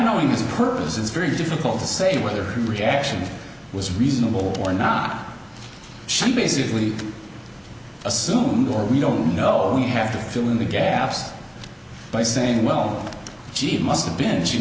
knowing his purpose it's very difficult to say whether her reaction was reasonable or not she basically assumed or we don't know you have to fill in the gaps by saying well gee it must have been she